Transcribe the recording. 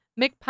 McPike